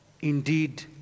Indeed